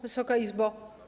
Wysoka Izbo!